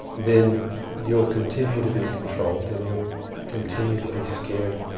then you'll continue to be controlled and you'll continue to be scared,